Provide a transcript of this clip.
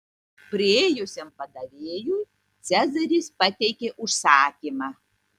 priėjusiam padavėjui cezaris pateikė užsakymą